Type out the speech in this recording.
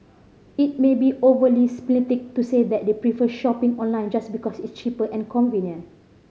it may be overly simplistic to say that they prefer shopping online just because it's cheaper and convenient